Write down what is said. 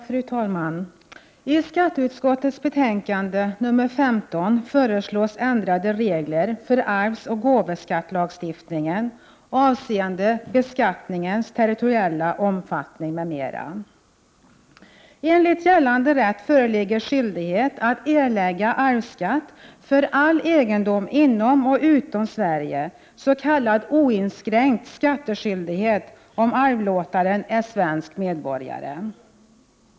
Fru talman! I skatteutskottets betänkande nr 15 föreslås ändrade regler för arvsoch gåvoskattelagstiftningen avseende beskattningens territoriella omfattning m.m. Enligt gällande rätt föreligger skyldighet att erlägga arvsskatt för all egendom inom och utom Sverige, s.k. oinskränkt skattskyldighet, om arvlåtaren är svensk medborgare.